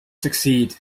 succeed